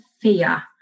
fear